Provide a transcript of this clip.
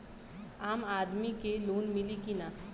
आम आदमी के लोन मिली कि ना?